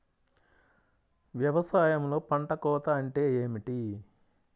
వ్యవసాయంలో పంట కోత అంటే ఏమిటి?